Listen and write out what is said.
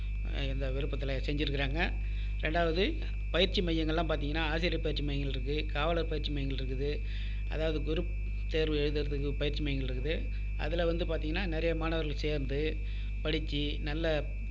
இந்த விருப்பத்தில் செஞ்சு இருக்கிறாங்க ரெண்டாவது பயிற்சி மையங்களெல்லாம் பார்த்தீங்கன்னா ஆசிரியர் பயிற்சி மையங்கள் இருக்குது காவலர் பயிற்சி மையங்கள் இருக்குது அதாவது குரூப் தேர்வு எழுதுகிறதுக்கு பயிற்சி மையங்கள் இருக்குது அதில் வந்து பார்த்தீங்கன்னா நிறைய மாணவர்கள் சேர்ந்து படித்து நல்ல